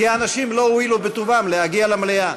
כי אנשים לא הואילו בטובם להגיע למליאה.